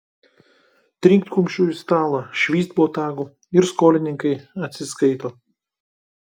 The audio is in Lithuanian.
trinkt kumščiu į stalą švyst botagu ir skolininkai atsiskaito